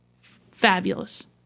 Fabulous